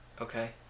Okay